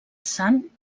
sant